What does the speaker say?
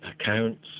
accounts